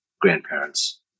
grandparents